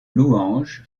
louange